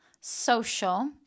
social